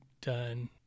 done